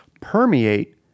permeate